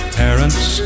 parents